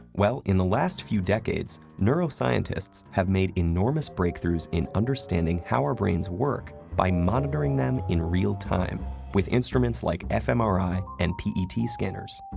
well, in the last few decades, neuroscientists have made enormous breakthroughs in understanding how our brains work by monitoring them in real time with instruments like fmri and pet scanners.